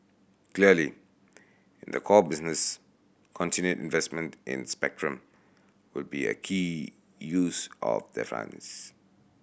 clearly in the core business continued investment in spectrum would be a key use of the funds